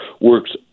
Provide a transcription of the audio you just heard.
works